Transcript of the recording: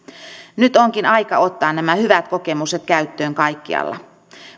nyt onkin aika ottaa nämä hyvät kokemukset käyttöön kaikkialla